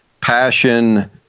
passion